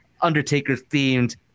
Undertaker-themed